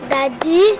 Daddy